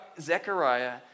Zechariah